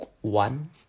one